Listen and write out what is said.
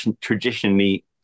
traditionally